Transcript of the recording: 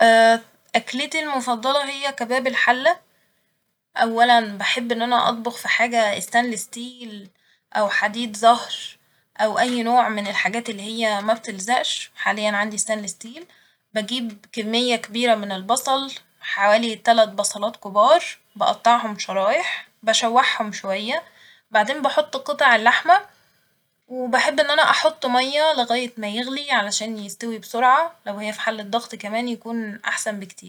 أكلتي المفضلة هي كباب الحلة ، أولا بحب إن أنا أطبخ في حاجة استانلس ستيل أو حديد زهر أو أي نوع من الحاجات اللي هي مبتلزقش ، حاليا عندي استانلس ستيل ، بجيب كمية كبيرة من البصل حوالي تلت بصلات كبار ، بقطعهم شرايح ، بشوحهم شوية بعدين بحط قطع اللحمة وبحب إن أنا أحط مية لغاية ما يغلي علشان يستوي بسرعة لو هي في حلة ضغط كمان يكون أحسن بكتير